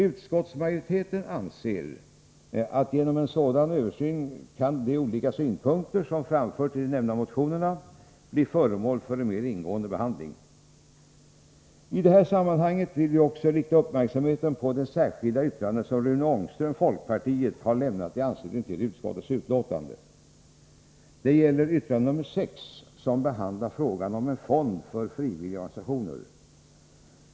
Utskottsmajoriteten anser att genom en sådan översyn kan de olika synpunkter som framförts i de nämna motionerna bli föremål för en mer ingående behandling. I detta sammanhang vill jag också rikta uppmärksamheten på det särskilda yttrande som Rune Ångström, folkpartiet, har lämnat i anslutning till utskottets utlåtande. Det gäller yttrande nr 6 som behandlar frågan om en fond för frivilliga organisationer.